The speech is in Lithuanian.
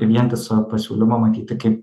vientiso pasiūlymo matyti kaip